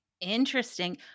Interesting